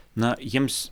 na jiems